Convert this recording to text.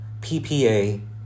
PPA